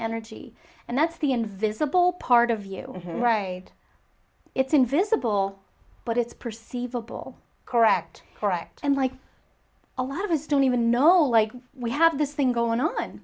energy and that's the invisible part of you right it's invisible but it's perceivable correct correct and like a lot of us don't even know like we have this thing going on